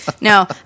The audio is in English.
No